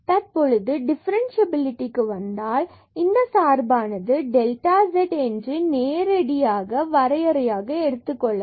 தற்பொழுது டிஃபரன்ஸ்சியபிலிடிக்கு வந்தால் இந்த சார்பானது நாம் டெல்டா z என்று நேரடி வரையறையாக எடுத்துக்கொள்ளலாம்